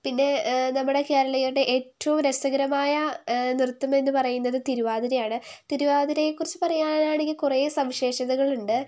പിന്നെ നമ്മുടെ കേരളീയരുടെ ഏറ്റവും രസകരമായ നൃത്തം എന്നുപറയുന്നത് തിരുവാതിരയാണ് തിരുവാതിരയെക്കുറിച്ച് പറയാനാണെങ്കിൽ കുറേ സവിശേഷതകൾ ഉണ്ട്